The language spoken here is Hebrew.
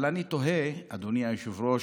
אבל אני תוהה, אדוני היושב-ראש,